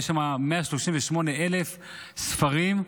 138,000 ספרים.